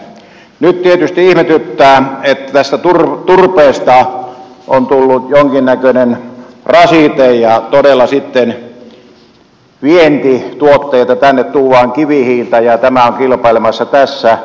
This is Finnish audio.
nyt tietysti ihmetyttää että tästä turpeesta on tullut jonkinnäköinen rasite ja todella sitten vientituotteita tänne tuodaan kivihiiltä ja tämä on kilpailemassa tässä